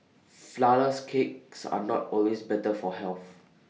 Flourless Cakes are not always better for health